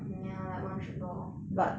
mm ya is like one trip lor but